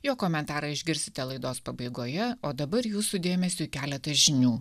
jo komentarą išgirsite laidos pabaigoje o dabar jūsų dėmesiui keletas žinių